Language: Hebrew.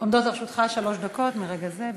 עומדות לרשותך שלוש דקות מרגע זה.